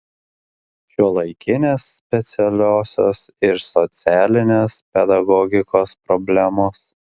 šiuolaikinės specialiosios ir socialinės pedagogikos problemos